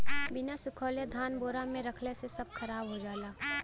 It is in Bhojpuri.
बिना सुखवले धान बोरा में रखला से सब खराब हो जाला